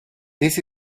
this